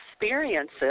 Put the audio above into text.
experiences